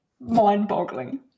mind-boggling